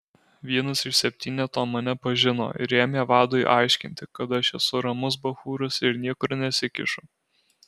vienas iš septyneto mane pažino ir ėmė vadui aiškinti kad aš esu ramus bachūras ir niekur nesikišu